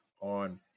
on